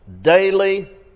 daily